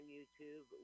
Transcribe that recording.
YouTube